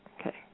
Okay